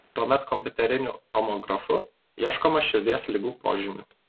tuomet kompiuteriniu tomografu ieškoma širdies ligų požymių